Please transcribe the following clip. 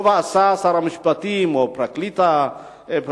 טוב עשה שר המשפטים או פרקליט המדינה